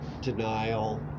denial